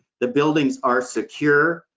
the buildings are secure,